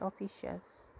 officials